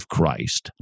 Christ